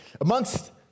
amongst